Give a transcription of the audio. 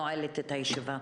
אני נועלת את הישיבה.